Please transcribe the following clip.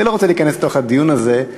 אני לא רוצה להיכנס לתוך הדיון הזה,